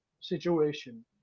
situation